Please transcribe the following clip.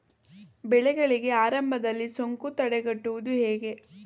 ಬೆಳೆಗಳಿಗೆ ಆರಂಭದಲ್ಲಿ ಸೋಂಕು ತಡೆಗಟ್ಟುವುದು ಹೇಗೆ?